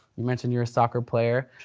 you mentioned you're a soccer player,